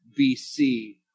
BC